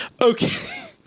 Okay